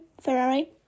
Ferrari